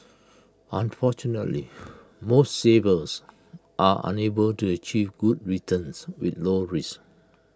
unfortunately most savers are unable to achieve good returns with low risk